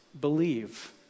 believe